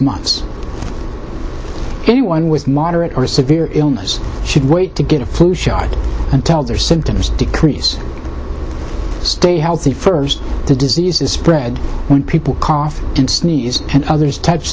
months anyone with moderate or severe illness should wait to get a flu shot and tell their symptoms decrease stay healthy for the disease is spread when people cough and sneeze and others touch